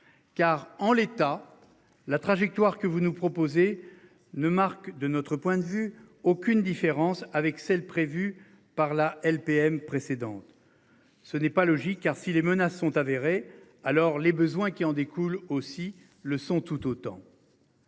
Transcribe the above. Car en l'état. La trajectoire que vous nous proposez ne marque de notre point de vue, aucune différence avec celles prévues par la LPM précédente. Ce n'est pas logique. Car si les menaces sont avérées alors les besoins qui en découle aussi le sont tout autant.